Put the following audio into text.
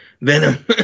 Venom